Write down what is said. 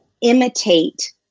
imitate